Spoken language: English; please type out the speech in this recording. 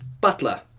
Butler